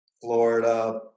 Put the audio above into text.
Florida